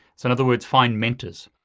so in other words, find mentors.